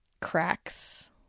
cracks